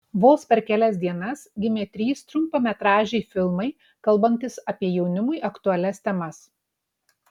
vos per kelias dienas gimė trys trumpametražiai filmai kalbantys apie jaunimui aktualias temas